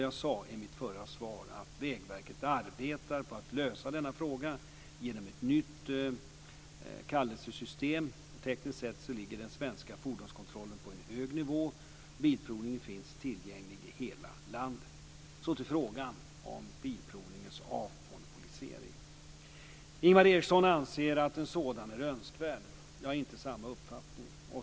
Jag sade i mitt förra svar att Vägverket arbetar på att lösa denna fråga genom ett nytt kallelsesystem. Tekniskt sett ligger den svenska fordonskontrollen på en hög nivå. Bilprovningen finns tillgänglig i hela landet. Så till frågan om Bilprovningens avmonopolisering. Ingvar Eriksson anser att en sådan är önskvärd. Jag har inte samma uppfattning.